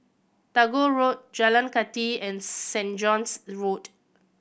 Tagore Road Jalan Kathi and St John's Road